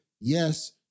Yes